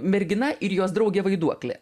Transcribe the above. mergina ir jos draugė vaiduoklė